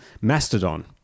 Mastodon